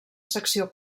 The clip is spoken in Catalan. secció